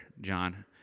John